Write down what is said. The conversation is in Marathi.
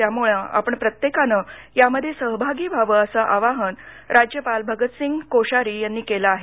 त्यामुळे आपण प्रत्येकानं यामध्ये सहभागी व्हावं असं आवाहन राज्यपाल भगतसिंह कोश्यारी यांनी केलं आहे